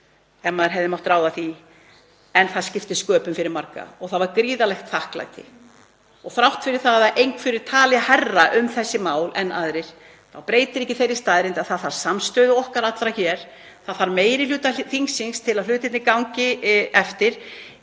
ef maður hefði mátt ráða því, skiptu sköpum fyrir marga og það var gríðarlegt þakklæti. Þrátt fyrir að einhverjir tali hærra um þessi mál en aðrir þá breytir það ekki þeirri staðreynd að það þarf samstöðu okkar allra hér, meiri hluta þingsins, til að hlutirnir gangi eftir.